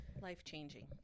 Life-changing